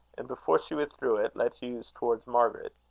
and before she withdrew it, led hugh's towards margaret.